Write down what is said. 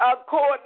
according